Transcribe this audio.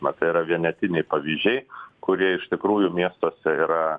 na tai yra vienetiniai pavyzdžiai kurie iš tikrųjų miestuose yra